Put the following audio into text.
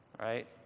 right